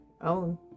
own